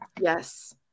Yes